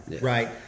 right